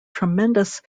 tremendous